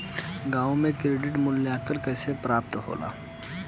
गांवों में क्रेडिट मूल्यांकन कैसे प्राप्त होला?